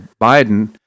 Biden